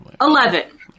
Eleven